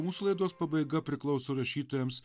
mūsų laidos pabaiga priklauso rašytojams